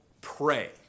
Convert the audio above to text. pray